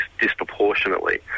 disproportionately